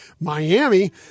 Miami